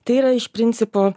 tai yra iš principo